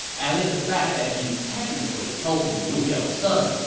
add in the fact that he's technically helping liu biao's son,